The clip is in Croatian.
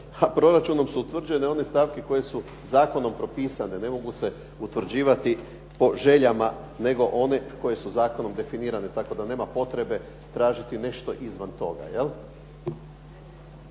proračunom su utvrđene one stavke koje su zakonom propisane, ne mogu se utvrđivati po željama nego one koje su zakonom definirane, tako da nema potrebe tražiti nešto izvan toga.